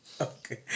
Okay